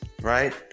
right